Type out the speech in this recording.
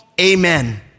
amen